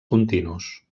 continus